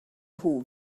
nhw